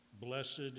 blessed